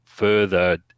further